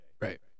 Right